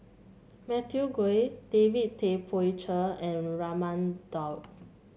Matthew Ngui David Tay Poey Cher and Raman Daud